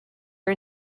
are